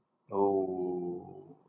oh